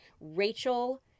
Rachel